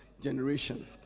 generation